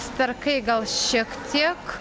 sterkai gal šiek tiek